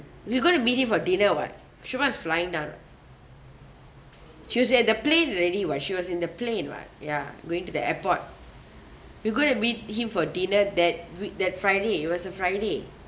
you going to meet him for dinner [what] shuba is flying down ah she was at the plane already [what] she was in the plane [what] ya going to the airport we going to meet him for dinner that we that friday it was a friday